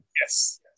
Yes